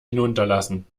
hinunterlassen